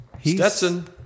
Stetson